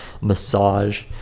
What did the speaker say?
massage